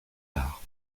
arts